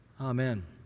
Amen